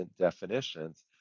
definitions